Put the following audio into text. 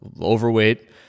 overweight